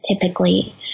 typically